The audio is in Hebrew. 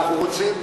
אנחנו רוצים,